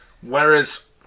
Whereas